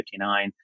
59